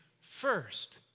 first